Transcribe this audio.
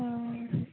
हँ